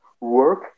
work